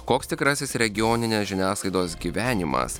koks tikrasis regioninės žiniasklaidos gyvenimas